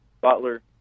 Butler